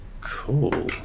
cool